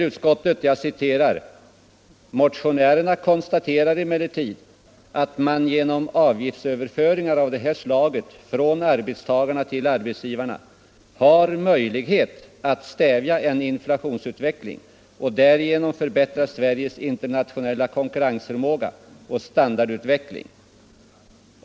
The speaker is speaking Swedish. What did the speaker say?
Utskottet skriver: ”Motionärerna konstaterar emellertid samtidigt att man genom avgiftsöverföringar av det här slaget från arbetstagarna till arbetsgivarna har möjlighet att stävja en inflationsutveckling och därigenom förbättra Sveriges internationella konkurrensförmåga och standardutveckling.